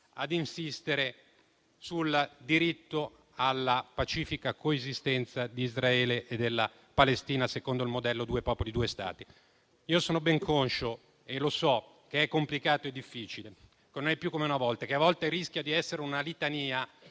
ad insistere sul diritto alla pacifica coesistenza di Israele e della Palestina, secondo il modello "due popoli, due Stati". Io sono ben conscio che è complicato e difficile. Non è più come una volta e, a volte, rischia di essere una litania